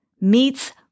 meets